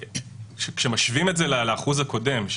כשמשווים את זה לאחוז הקודם,